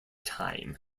time